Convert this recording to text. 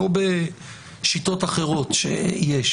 לא בשיטות אחרות שיש,